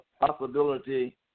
Possibility